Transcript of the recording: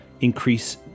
Increase